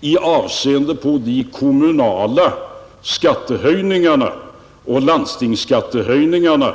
i avseende på de kommunala skattehöjningarna och landstingsskattehöjningarna.